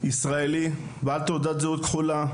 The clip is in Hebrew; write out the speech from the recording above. ישראלי בעל תעודת זהות כחולה,